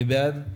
מי בעד?